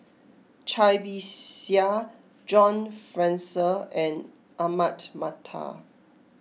Cai Bixia John Fraser and Ahmad Mattar